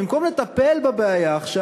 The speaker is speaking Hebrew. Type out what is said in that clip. ובמקום לטפל בבעיה עכשיו,